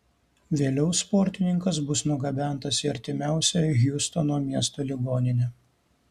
vėliau sportininkas bus nugabentas į artimiausią hjustono miesto ligoninę